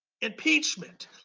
Impeachment